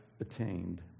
attained